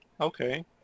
okay